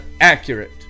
accurate